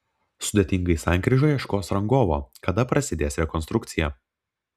sudėtingai sankryžai ieškos rangovo kada prasidės rekonstrukcija